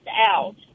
out